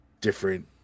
different